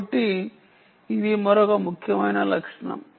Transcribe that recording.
కాబట్టి ఇది మరొక ముఖ్యమైన లక్షణం